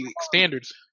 standards